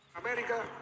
America